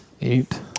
Eight